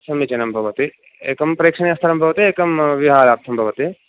समीचीनं भवति एकं प्रेक्षणीयं स्थलं भवति एकं विहारार्थं भवति